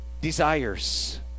desires